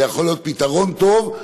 זה יכול להיות פתרון טוב,